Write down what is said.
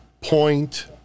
point